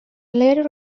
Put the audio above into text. later